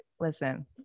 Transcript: listen